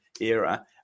era